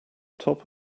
top